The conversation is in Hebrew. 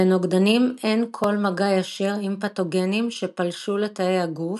לנוגדנים אין כל מגע ישיר עם פתוגנים שפלשו לתאי הגוף,